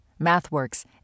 MathWorks